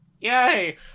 yay